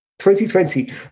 2020